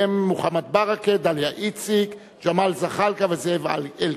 מוחמד ברכה, דליה איציק, ג'מאל זחאלקה וזאב אלקין.